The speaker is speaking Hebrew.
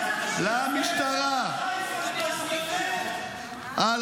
אתה יודע כמה אנשים נרצחו במשמרת שלך?